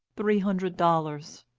three hundred dollars.